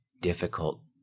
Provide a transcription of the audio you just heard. difficult